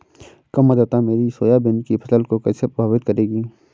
कम आर्द्रता मेरी सोयाबीन की फसल को कैसे प्रभावित करेगी?